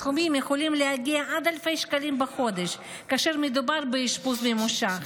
הסכומים יכולים להגיע עד אלפי שקלים בחודש כאשר מדובר באשפוז ממושך,